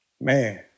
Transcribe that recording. Man